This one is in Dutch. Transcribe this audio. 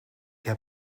heb